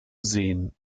sehen